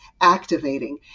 activating